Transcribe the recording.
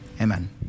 amen